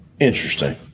Interesting